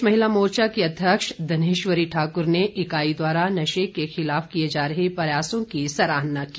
प्रदेश महिला मोर्चा की अध्यक्ष धनेश्वरी ठाकुर ने रोवर्स एंड रेंजर्स इकाई द्वारा नशे के खिलाफ किए जा रहे प्रयासों की सराहना की